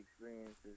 experiences